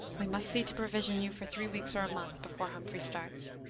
we must see to provision you for three weeks or a month, before humphrey starts.